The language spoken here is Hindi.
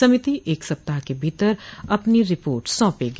समिति एक सप्ताह के भीतर अपनी रिपोर्ट सौंपेगी